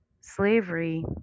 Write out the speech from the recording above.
slavery